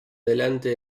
adelante